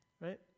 right